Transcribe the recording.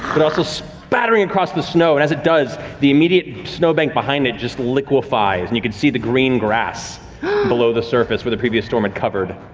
but also spattering across the snow and as it does, the immediate snowbank behind it just liquefies and you can see the green grass below the surface, where the previous storm had covered.